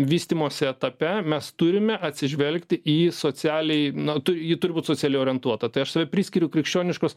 vystymosi etape mes turime atsižvelgti į socialiai na tu ji turi būt socialiai orientuota tai aš save priskiriu krikščioniškos